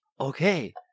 okay